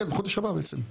כן, חודש הבא בעצם.